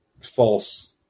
false